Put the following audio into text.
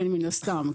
מן הסתם,